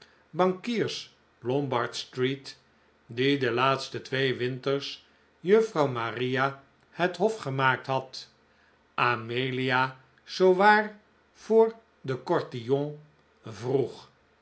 die de laatste twee winters juffrouw maria het hof gemaakt had amelia zoowaar voor den cotillon vroeg